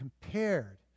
compared